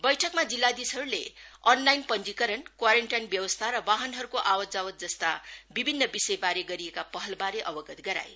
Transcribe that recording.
बैठकमा जिल्लाधीशले अनलाइन पंजीकरण र क्वारिन्टिन व्यवस्था र वाहनहरूको आवातजावात जस्ता विभिन्न विषयबारे गरिएका पहलबारे अवगत गराए